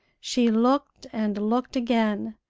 she looked and looked again,